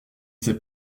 sais